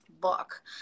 book